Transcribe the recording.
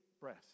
breath